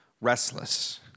restless